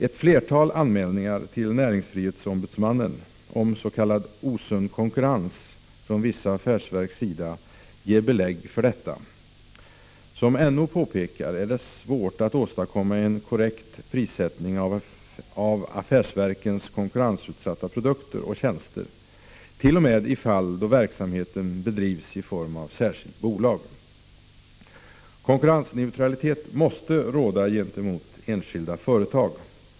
Ett flertal anmälningar till näringsfrihetsombudsmannen om s.k. osund konkurrens från vissa affärsverks sida ger belägg för detta. Som NO påpekar är det svårt att åstadkomma en korrekt prissättning av affärsverkens konkurrensutsatta produkter och tjänster, t.o.m. i fall då verksamheten bedrivs i form av särskilt bolag. Konkurrensneutralitet måste råda gentemot enskilda företag.